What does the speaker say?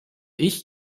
ich